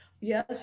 yes